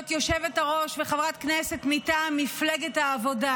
היושבת-ראש וחברת כנסת מטעם מפלגת העבודה,